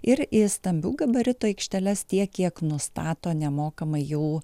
ir į stambių gabaritų aikšteles tiek kiek nustato nemokamai jau